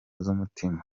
z’umutima